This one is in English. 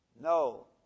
No